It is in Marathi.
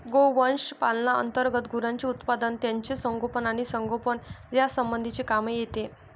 गोवंश पालना अंतर्गत गुरांचे उत्पादन, त्यांचे संगोपन आणि संगोपन यासंबंधीचे काम येते